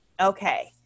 okay